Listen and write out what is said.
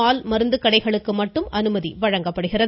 பால் மருந்துக் கடைகளுக்கு மட்டும் அனுமதி வழங்கப்பட்டுள்ளது